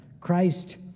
Christ